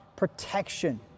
protection